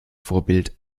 vorbild